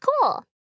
cool